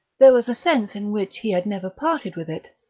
there was a sense in which he had never parted with it,